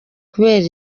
kubera